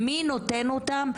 מי נותן אותן?